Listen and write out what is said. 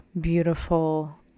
beautiful